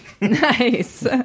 Nice